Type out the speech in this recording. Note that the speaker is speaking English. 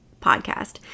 Podcast